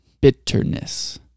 Bitterness